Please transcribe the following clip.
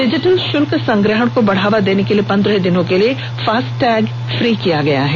digital शुल्क संग्रहण को बढ़ावा देने के लिए पंद्रह दिनों के लिए फास्टैग फ्री किया गया है